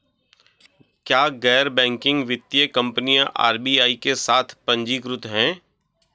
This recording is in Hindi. क्या गैर बैंकिंग वित्तीय कंपनियां आर.बी.आई के साथ पंजीकृत हैं?